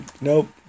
nope